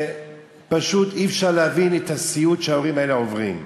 פשוט אי-אפשר להבין את הסיוט שההורים האלה עוברים.